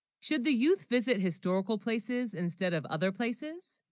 should the youth visit historical places instead of other places